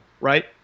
right